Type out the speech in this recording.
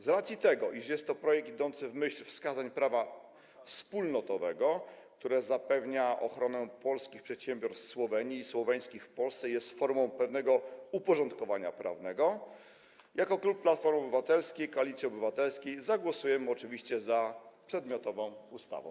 Z racji tego, iż jest to projekt idący w myśl wskazań prawa wspólnotowego, które zapewnia ochronę polskich przedsiębiorstw w Słowenii i słoweńskich w Polsce, jest formą pewnego uporządkowania prawnego, jako klub Platformy Obywatelskiej - Koalicji Obywatelskiej zagłosujemy oczywiście za przedmiotową ustawą.